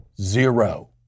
Zero